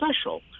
special